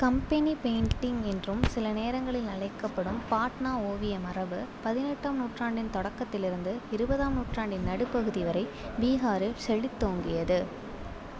company painting என்றும் சில நேரங்களில் அழைக்கப்படும் பாட்னா ஓவிய மரபு பதினெட்டாம் நூற்றாண்டின் தொடக்கத்திலிருந்து இருபதாம் நூற்றாண்டின் நடுப்பகுதி வரை பீகாரில் செழித்தோங்கியது